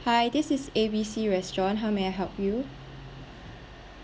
hi this is A_B_C restaurant how may I help you